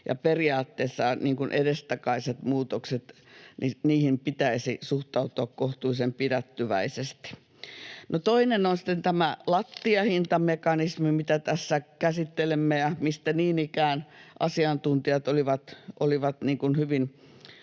periaatteessa edestakaisiin muutoksiin pitäisi suhtautua kohtuullisen pidättyväisesti. No, toinen on sitten tämä lattiahintamekanismi, mitä tässä käsittelemme, mistä niin ikään asiantuntijat olivat hyvin